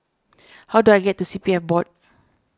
how do I get to C P F Board